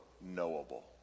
knowable